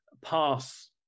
pass